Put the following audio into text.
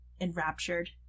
enraptured